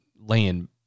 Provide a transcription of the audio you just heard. laying